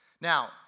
Now